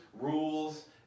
rules